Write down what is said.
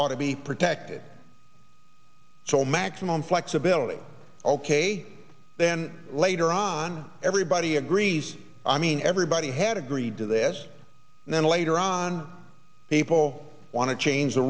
ought to be protected so maximum flexibility ok then later on everybody agrees i mean everybody had agreed to this and then later on people want to change the